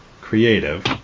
creative